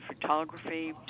photography